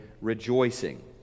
rejoicing